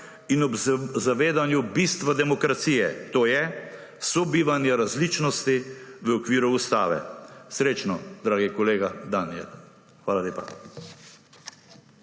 in ob zavedanju bistva demokracije, to je sobivanje različnosti v okviru ustave. Srečno, dragi kolega Danijel. Hvala lepa.